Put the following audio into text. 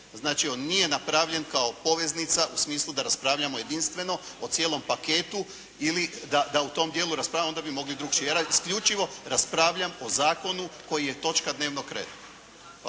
Znači on nije napravljen kao poveznica u smislu da raspravljamo jedinstveno o cijelom paketu ili da u tom dijelu raspravljamo onda bi mogli drukčije. Ja isključivo raspravljam o zakonu koji je točka dnevnog reda.